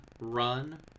run